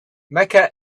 mecca